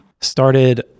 Started